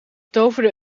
toverde